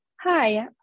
Hi